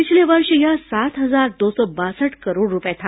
पिछले वर्ष यह सात हजार दो सौ बासठ करोड़ रुपये था